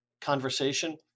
conversation